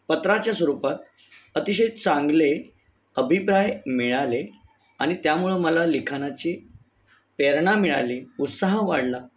पत्राच्या स्वरूपात अतिशय चांगले अभिप्राय मिळाले आणि त्यामुळं मला लिखाणाची प्रेरणा मिळाली उत्साह वाढला